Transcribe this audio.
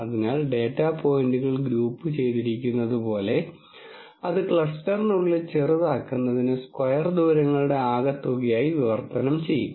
അതിനാൽ ഡാറ്റാ പോയിന്റുകൾ ഗ്രൂപ്പുചെയ്തിരിക്കുന്നതുപോലെ അത് ക്ലസ്റ്ററിനുള്ളിൽ ചെറുതാക്കുന്നതിന് സ്ക്വയർ ദൂരങ്ങളുടെ ആകെത്തുകയായി വിവർത്തനം ചെയ്യും